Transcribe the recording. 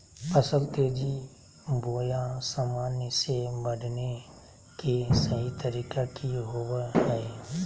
फसल तेजी बोया सामान्य से बढने के सहि तरीका कि होवय हैय?